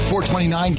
429